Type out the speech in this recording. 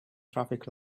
traffic